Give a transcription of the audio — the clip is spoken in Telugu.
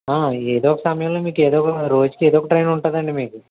ఏదో ఒక సమయంలో మీకు ఏదో ఒక రోజుకి ఏదో ఒక ట్రైన్ ఉంటుంది అండి మీకు